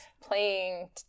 playing